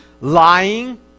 lying